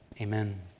Amen